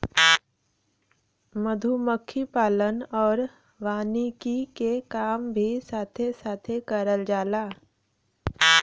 मधुमक्खी पालन आउर वानिकी के काम भी साथे साथे करल जाला